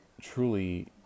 truly